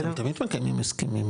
תמיד מקיימים הסכמים.